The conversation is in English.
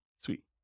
Sweet